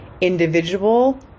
individual